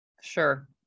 Sure